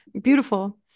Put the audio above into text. Beautiful